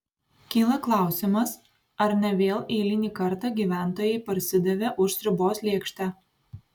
kyla klausimas ar ne vėl eilinį kartą gyventojai parsidavė už sriubos lėkštę